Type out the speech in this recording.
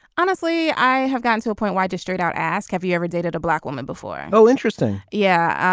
honestly i have gotten to a point where i did straight out ask have you ever dated a black woman before. oh interesting. yeah.